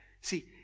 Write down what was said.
See